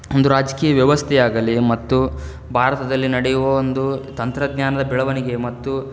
ಒಂದು ರಾಜಕೀಯ ವ್ಯವಸ್ಥೆ ಆಗಲಿ ಮತ್ತು ಭಾರತದಲ್ಲಿ ನಡೆಯುವ ಒಂದು ತಂತ್ರಜ್ಞಾನದ ಬೆಳವಣಿಗೆ ಮತ್ತು